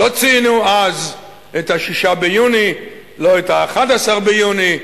לא ציינו את 6 ביוני, לא 11 ביוני,